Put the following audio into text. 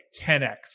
10x